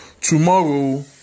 Tomorrow